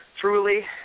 Truly